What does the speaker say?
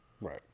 Right